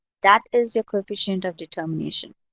that is a coefficient of determination